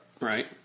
Right